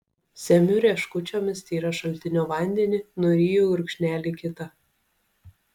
semiu rieškučiomis tyrą šaltinio vandenį nuryju gurkšnelį kitą